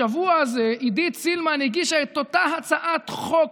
השבוע הזה עידית סילמן הגישה את אותה הצעת חוק,